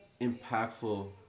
impactful